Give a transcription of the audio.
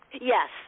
Yes